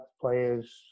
players